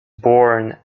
born